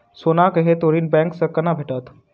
सोनाक हेतु ऋण बैंक सँ केना भेटत?